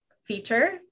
feature